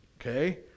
okay